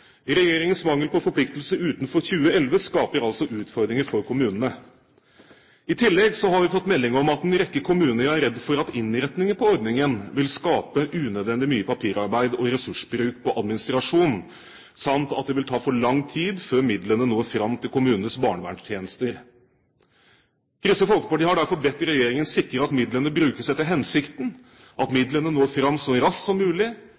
Regjeringens mangel på forpliktelse utover 2011 skaper altså utfordringer for kommunene. I tillegg har vi fått melding om at en rekke kommuner er redd for at innretningen på ordningen vil skape unødvendig mye papirarbeid og ressursbruk på administrasjon, samt at det vil ta for lang tid før midlene når fram til kommunenes barnevernstjenester. Kristelig Folkeparti har derfor bedt regjeringen sikre at midlene brukes etter hensikten, at midlene når fram så raskt som mulig,